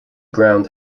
ground